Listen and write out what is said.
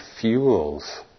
fuels